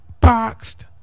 Boxed